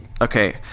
Okay